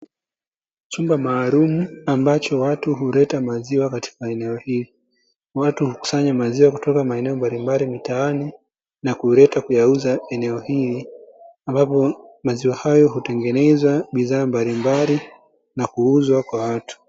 Chumba maalumu ambacho watu huleta maziwa katika eneo hili, watu hukusanya maziwa kutoka maeneo mbalimbali mtaani na kuleta kuyauza eneo hili, ambapo maziwa hayo hutengeneza bidhaa mbalimbali na kuuzwa kwa watu.